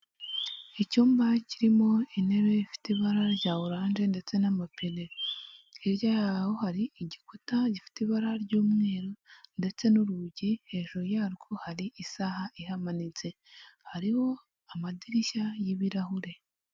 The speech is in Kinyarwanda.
Icyumba kirimo intebe ifite ibara rya oranje ndetse n'amapine hirya yaho hari igikuta gifite ibara ry'umweru ndetse n'urugi hejuru, yarwo hari isaha ihamanitse hariho amadirishya y'ibirahure.